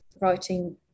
writing